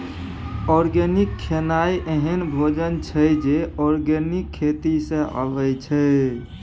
organic खेनाइ एहन भोजन छै जे आर्गेनिक खेती सँ अबै छै